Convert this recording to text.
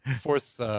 fourth